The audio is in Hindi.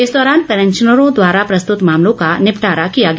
इस दौरान पैंशनरों द्वारा प्रस्तुत मामलों का निपटारा किया गया